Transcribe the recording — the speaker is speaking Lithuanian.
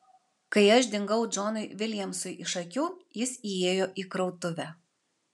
kai aš dingau džonui viljamsui iš akių jis įėjo į krautuvę